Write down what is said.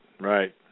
Right